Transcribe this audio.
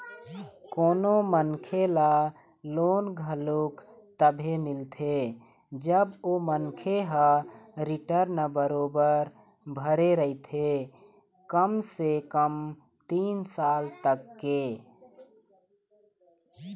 कोनो मनखे ल लोन घलोक तभे मिलथे जब ओ मनखे ह रिर्टन बरोबर भरे रहिथे कम से कम तीन साल तक के